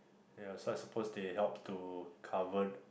yeah so I suppose they help to cover